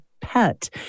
pet